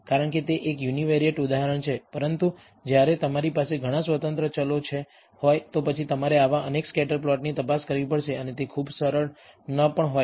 કારણ કે તે એક યુનિવેરીએટ ઉદાહરણ છે પરંતુ જ્યારે તમારી પાસે ઘણા સ્વતંત્ર ચલો હોય તો પછી તમારે આવા અનેક સ્કેટર પ્લોટની તપાસ કરવી પડશે અને તે ખૂબ સરળ ન પણ હોય